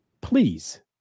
please